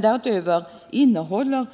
Därutöver innehåller